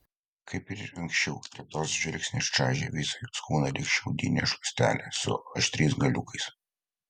kaip ir anksčiau tetos žvilgsnis čaižė visą jos kūną lyg šiaudinė šluotelė su aštriais galiukais